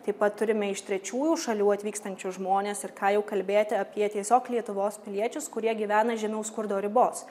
taip pat turime iš trečiųjų šalių atvykstančius žmones ir ką jau kalbėti apie tiesiog lietuvos piliečius kurie gyvena žemiau skurdo ribos